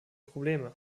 probleme